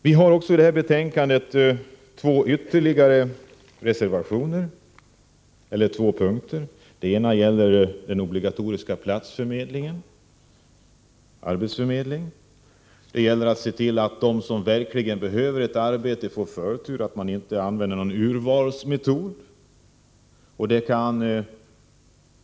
Det finns i detta betänkande ytterligare två punkter som jag vill ta upp. Den ena gäller den obligatoriska arbetsförmedlingen. Det gäller att se till att de som verkligen behöver ett arbete får förtur och att man inte använder något slags urvalsmetod.